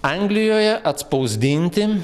anglijoje atspausdinti